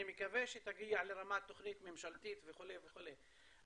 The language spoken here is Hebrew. אני מקווה שהיא תגיע לרמת תוכנית ממשלתית וכו' וכו',